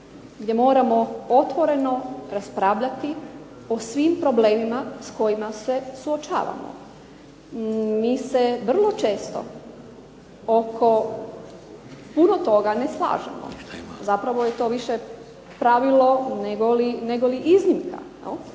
gdje moramo otvoreno raspravljati o svim problemima s kojima se suočavamo. Mi se vrlo često oko puno toga ne slažemo, zapravo je to više pravilo, nego li iznimka.